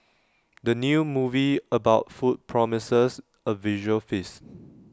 the new movie about food promises A visual feast